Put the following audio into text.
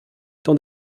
tant